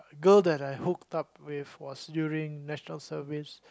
girl that I hooked up with was during National Service